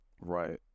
right